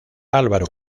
álvaro